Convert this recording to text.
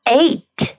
eight